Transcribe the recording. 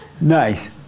Nice